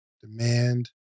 Demand